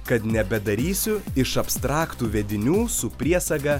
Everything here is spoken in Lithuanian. kad nebedarysiu iš abstraktų vedinių su priesaga